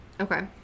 Okay